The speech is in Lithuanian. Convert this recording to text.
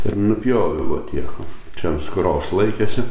ir nupjovė va tiek va čia ant skūros laikėsi